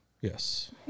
Yes